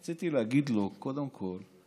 רציתי להגיד לו, קודם כול,